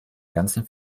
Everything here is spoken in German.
ganzen